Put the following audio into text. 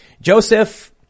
Joseph